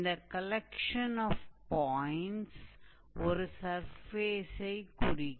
இந்த collection of points ஒரு சர்ஃபேஸை குறிக்கும்